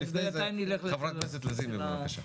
אבל לפני זה, חברת הכנסת לזימי, בבקשה.